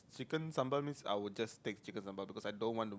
Chicken sambal means I will just take Chicken sambal because I don't want